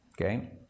Okay